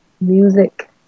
Music